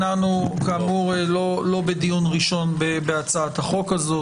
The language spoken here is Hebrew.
כאמור, אנחנו לא בדיון ראשון בהצעת החוק הזאת.